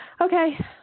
Okay